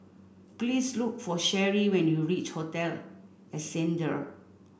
please look for Sheri when you reach Hotel Ascendere